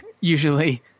usually